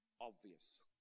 obvious